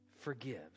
forgives